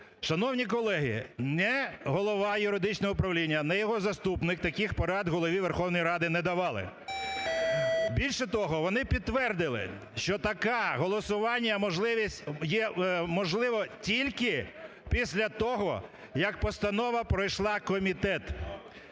Шановні колеги, ні голова Юридичного управління, ні його заступник таких порад Голові Верховної Ради не давали. Більше того, вони підтвердили, що таке голосування, можливість, можливе є тільки після того, як постанова пройшла комітет.